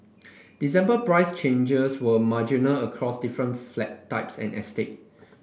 December price changes were marginal across different flat types and estate